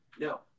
No